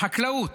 בחקלאות